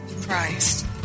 Christ